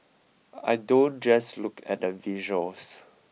I don't just look at the visuals